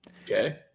Okay